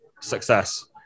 success